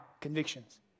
convictions